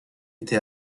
été